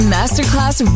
Masterclass